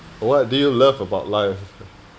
what do you love about life